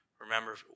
Remember